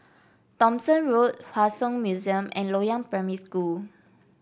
Thomson Road Hua Song Museum and Loyang Primary School